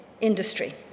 industry